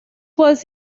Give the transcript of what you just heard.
was